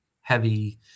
heavy